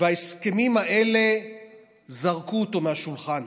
וההסכמים האלה זרקו אותו מהשולחן.